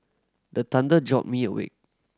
the thunder jolt me awake